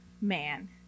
man